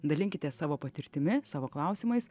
dalinkitės savo patirtimi savo klausimais